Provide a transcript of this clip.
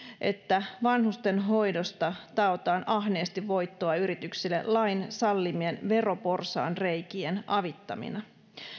että vanhustenhoidosta taotaan ahneesti voittoa yrityksille lain sallimien veroporsaanreikien avittamina